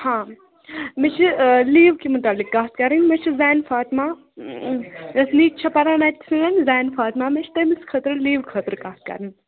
ہاں مےٚ چھِ لیٖو کہِ مُتعلق کَتھ کَرٕنۍ مےٚ چھِ زَین فاطِما یۄس نِچ چھِ پَران اَتہِ سٲنۍ زَین فاطِما مےٚ چھِ تٔمِس خٲطرٕ لیٖو خٲطرٕ کَتھ کَرٕنۍ